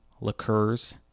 liqueurs